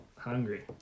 Hungry